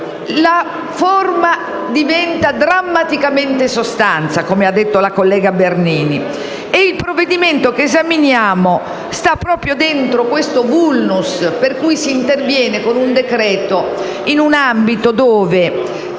la forma diventa drammaticamente sostanza, come ha detto la collega senatrice Bernini, e il provvedimento che esaminiamo sta proprio dentro questo *vulnus*, per cui si interviene con un decreto-legge in un ambito in